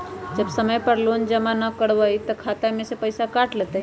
जब समय पर लोन जमा न करवई तब खाता में से पईसा काट लेहई?